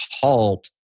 halt